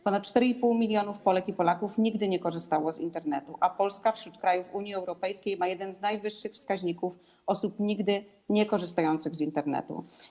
Ponad 4,5 mln Polek i Polaków nigdy nie korzystało z Internetu, a Polska wśród krajów Unii Europejskiej ma jeden z najwyższych wskaźników osób nigdy niekorzystających z Internetu.